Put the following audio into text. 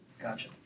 Gotcha